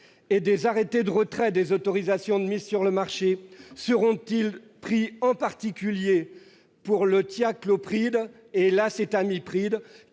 ? Des arrêtés de retrait des autorisations de mise sur le marché seront-ils pris, en particulier pour le thiaclopride et l'acétamipride,